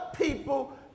people